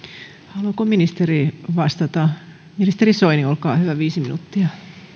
haluaako ministeri vastata ministeri soini olkaa hyvä viisi minuuttia